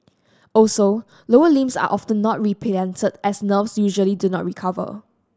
also lower limbs are often not replanted as nerves usually do not recover